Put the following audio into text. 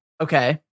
Okay